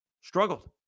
struggled